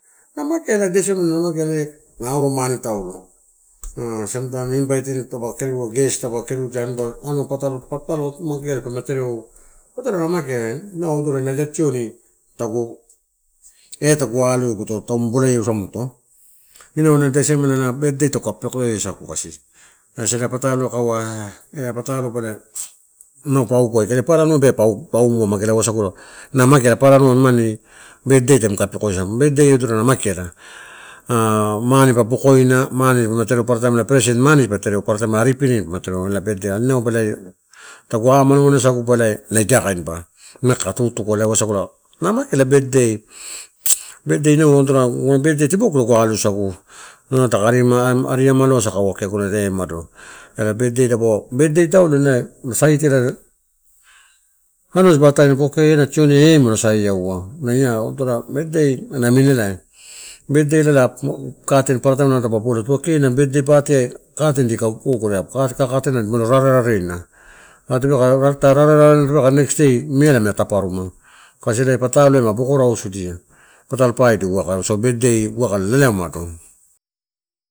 Na mageala ida siamela na auro mane taulo. same time invaitin taupa kerua guest taupe kerudia an anua patalo-patalo magea dipalama tereo, patalo ia mageala. Inau odorola na ida tioni tagu etagu alo eguto tamu bolaiamusamato. Inau ela ida siamela birthday taguka pekoiasagu kasi. Kasi eh ia pataloai kaua ah ela la pataloba inau paugu aikala, ela papara anua paumu aibe mageala. Wasagula na mageala, papara anua nimani birthday tamani ka pekoia samani birthay adorola na mageala. mane pa bokoina mane dipalama tereo paparataim present mane dipalama tereo. Paparataim ripipirani dipalama tereo la birthday ah baleia, tagu amela amalowaina suguto a ida kain ba una kaka tutukua ela wasagula na mageala birthday. Birthday ianu odorola aguna birthday tibogu aloasagu, nalo taka ari ma marilosa kaua kee aguna day eh umado ela birthday. Dapau birthday taulo ela ena saitiai, anua dipa atae bokee ena tioni eh molo saiawa na year adorola. Birthday namina ela, birthday la katen paparataim nalo dapa bola de keena birthday party. Katen dika gogore apu ka, katena dika gogore molo rareraredia. Talo rarerarena tauape next day meala ma taparuma kasi eh ia patalo ma boko rausudia patolo paidi uwaka sa birthday waka lelea mado.